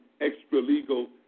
extra-legal